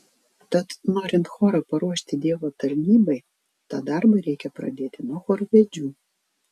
tad norint chorą paruošti dievo tarnybai tą darbą reikia pradėti nuo chorvedžių